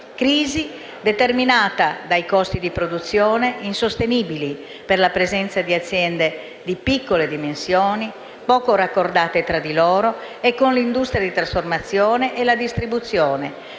crisi determinata da costi di produzione insostenibili per la presenza di aziende di piccole dimensioni, poco raccordate tra di loro e con l'industria di trasformazione e la distribuzione;